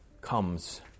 comes